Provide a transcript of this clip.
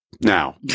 Now